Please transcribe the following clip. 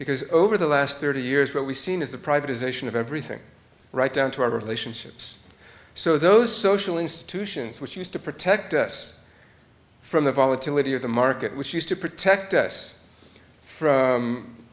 because over the last thirty years what we've seen is the privatization of everything right down to our relationships so those social institutions which used to protect us from the volatility of the market which used to protect us from